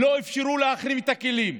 ולא אפשרו להחרים את הכלים,